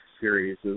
series